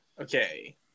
Okay